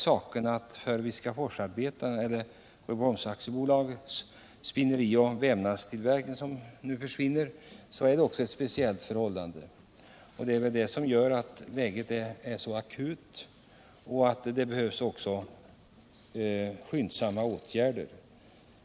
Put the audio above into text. Men ett svårt problem när det gäller nedläggningen av Rydboholms spinnerioch vävningsverksamhet är de berörda människornas höga ålder, de kan troligen inte få någon hjälp genom SIFU-lokaliseringen. Det gör att läget är mycket akut och att det behövs skyndsamma åtgärder.